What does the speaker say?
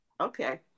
okay